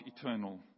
eternal